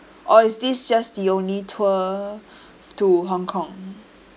or is this just the only tour to hong kong